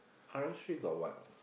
halal street got what